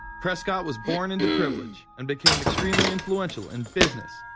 prescott was born into privilege and became extremely influential. in business,